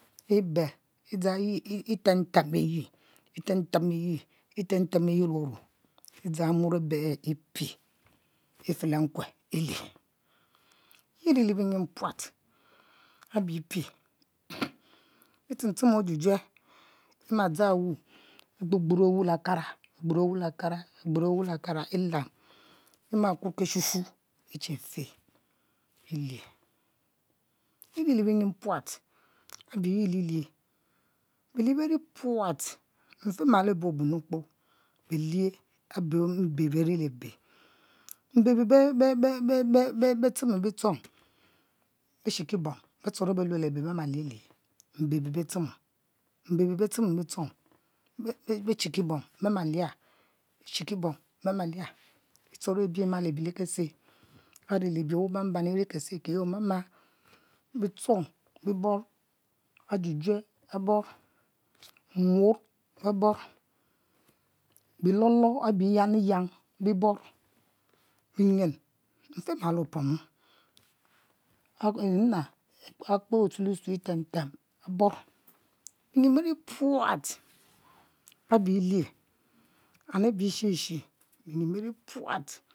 Bel e dzang yi e;tenb temb e tamb e;yi le onro e;dzang abe e;te efe le nku e'lie e'ri le binyin puat abi e'pie e ten lem ojujue e;ma dzan wu e;gbur gbur e;wu le kara egbur ewu le kara e;mu kuro keshu shu e. che fe elie eri le binyin puat abi ye be lie belie beri puat mfimalo be obuenu kpoo belie abe mbe berlie be, mbe be bebe be timo bictchong beshi kibom beturo bema lielie mbe be betimo mbe be be timo bitchong beshiki bom bemalia beshiki beshiki bom beturo bema le bi le kese are abi iri kese akeyi oma ma bitchong bobor ajujue aborr muor behor bbilolo abi le yang e;yang biborr binyin e fimalo opomo nna akpo osueli sue otem lem aborr binying biri puat abi e'lie and abi e'shie shey biri puat